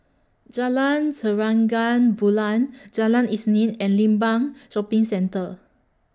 Jalan Bulan Jalan Isnin and Limbang Shopping Centre